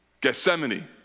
Gethsemane